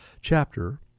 chapter